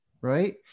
right